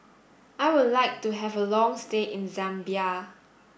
I would like to have a long stay in Zambia